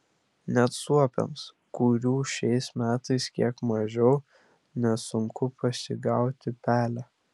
net suopiams kurių šiais metais kiek mažiau nesunku pasigauti pelę